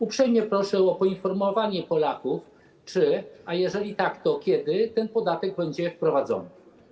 Uprzejmie proszę o poinformowanie Polaków, czy, a jeżeli tak, to kiedy, ten podatek będzie wprowadzony.